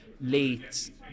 late